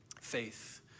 faith